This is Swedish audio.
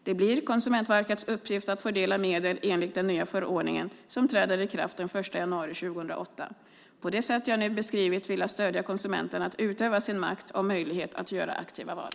Det blir Konsumentverkets uppgift att fördela medel enligt den nya förordningen som träder i kraft den 1 januari 2008. På det sätt jag nu beskrivit vill jag stödja konsumenterna att utöva sin makt och möjlighet att göra aktiva val.